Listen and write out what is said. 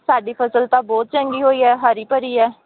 ਸਾਡੀ ਫ਼ਸਲ ਤਾਂ ਬਹੁਤ ਚੰਗੀ ਹੋਈ ਹੈ ਹਰੀ ਭਰੀ ਹੈ